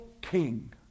king